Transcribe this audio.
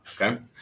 okay